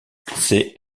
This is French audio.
c’est